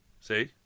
See